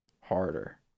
harder